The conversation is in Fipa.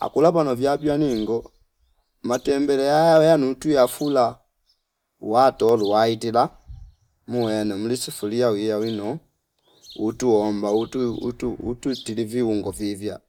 Akula pano vya biwa ningo matembele yaya nutwi yafula wato luwaitela muwene mlisufulia uwi ya wino utu omba utu- utu- utuistilivi uung vivya